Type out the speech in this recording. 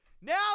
Now